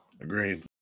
Agreed